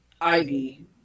ivy